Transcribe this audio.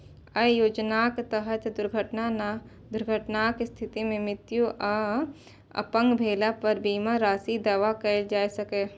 अय योजनाक तहत दुर्घटनाक स्थिति मे मृत्यु आ अपंग भेला पर बीमा राशिक दावा कैल जा सकैए